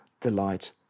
delight